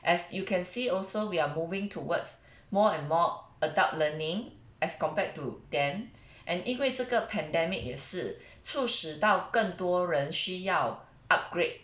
as you can see also we are moving towards more and more adult learning as compared to then and 因为这个 pandemic 也是促使到更多人需要 upgrade